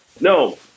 no